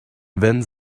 wenn